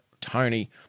Tony